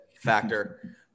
Factor